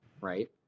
right